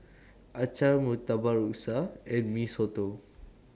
Acar Murtabak Rusa and Mee Soto